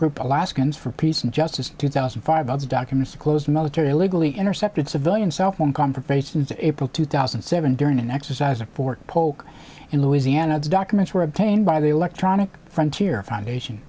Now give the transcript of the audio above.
group alaskans for peace and justice in two thousand and five other documents close military illegally intercepted civilian cell phone conversations april two thousand and seven during an exercise in fort polk in louisiana the documents were obtained by the electronic frontier foundation